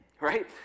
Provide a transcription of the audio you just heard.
right